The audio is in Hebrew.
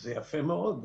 זה יפה מאוד,